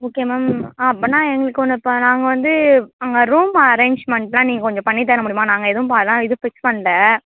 okay ma'am அப்போன்னா எங்களுக்கு ஒன்று இப்போ நாங்கள் வந்து அங்கே ரூம் அரேஞ்ச்மெண்டெலாம் நீங்கள் கொஞ்சம் பண்ணி தர முடியுமா நாங்கள் எதுவும் ப அதெல்லாம் இது ஃபிக்ஸ் பண்ணல